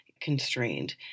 constrained